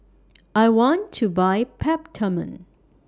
I want to Buy Peptamen